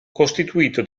costituito